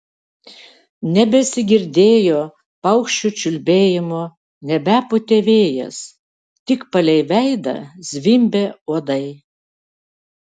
nebesigirdėjo paukščių čiulbėjimo nebepūtė vėjas tik palei veidą zvimbė uodai